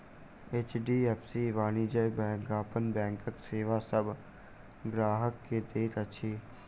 HDFC वाणिज्य bank अपन बैंकक सेवा सभ ग्राहक के दैत अछि